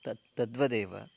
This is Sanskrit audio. तत् तद्वदेव